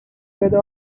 whether